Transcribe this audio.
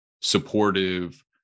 supportive